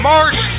March